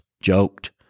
joked